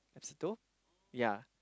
asbestos yea